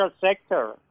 sector